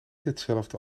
hetzelfde